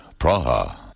Praha